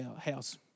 house